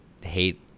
hate